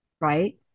right